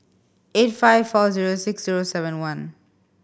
eight five four zero six zero seven one